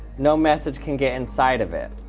no messages can get inside of it.